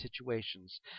situations